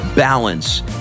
balance